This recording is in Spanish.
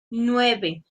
nueve